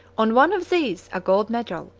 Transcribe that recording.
on one of these, a gold medal,